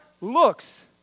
looks